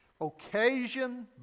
occasion